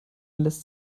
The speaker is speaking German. lässt